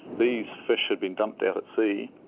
these fish had been dumped out at sea,